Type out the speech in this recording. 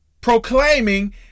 proclaiming